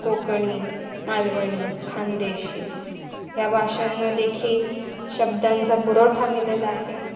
कोकणी मालवणी खानदेशी ह्या भाषांना देखील शब्दांचा पुरवठा केलेला आहे